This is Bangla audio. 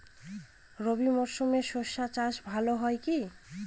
রবি মরশুমে সর্ষে চাস ভালো হয় কি?